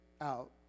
out